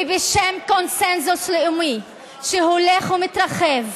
ובשם קונסנזוס לאומי שהולך ומתרחב,